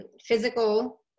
physical